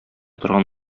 торган